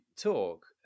talk